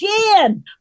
again